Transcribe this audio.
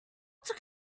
took